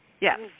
Yes